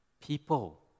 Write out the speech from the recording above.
people